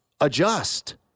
adjust